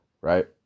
right